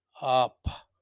up